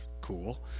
cool